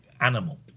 animal